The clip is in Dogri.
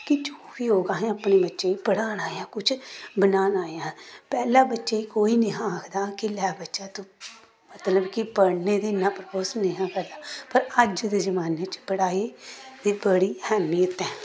किश बी होग असें अपने बच्चें गी पढ़ाना ऐ कुछ बनाना ऐ पैह्लें बच्चें गी कोई नेईं हा आखदा कि लै बच्चा तू मतलब कि पढ़ने लेई इन्ना फोर्स नेईं ही करदा पर अज्ज दे जमान्ने च पढ़ाई दी बड़ी ऐहमियत ऐ